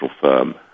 firm